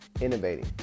innovating